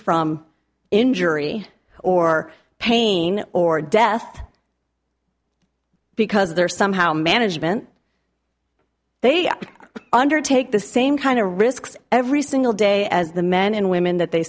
from injury or pain or death because they're somehow management they undertake the same kind of risks every single day as the men and women that they